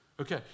Okay